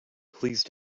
please